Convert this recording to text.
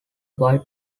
white